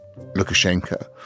Lukashenko